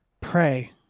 pray